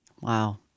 Wow